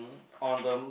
on the